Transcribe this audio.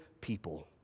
people